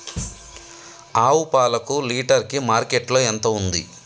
ఆవు పాలకు లీటర్ కి మార్కెట్ లో ఎంత ఉంది?